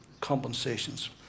compensations